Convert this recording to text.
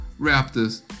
Raptors